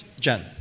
Jen